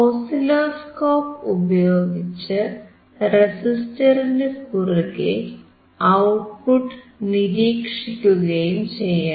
oscilloscope ഉപയോഗിച്ച് റെസിസ്റ്ററിനു കുറുകെ ഔട്ട്പുട്ട് നിരീക്ഷിക്കുകയും ചെയ്യാം